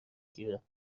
گیرم